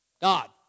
God